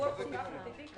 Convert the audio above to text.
זה אירוע כל כך --- כרגע.